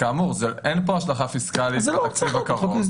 כאמור, אין כאן השלכה פיסקלית על התקציב הקרוב.